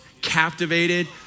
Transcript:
captivated